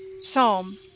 Psalm